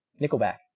Nickelback